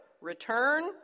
Return